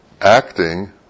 acting